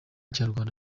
kinyarwanda